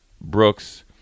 Brooks